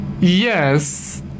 Yes